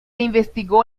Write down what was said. investigó